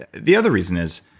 and the other reason is